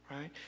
right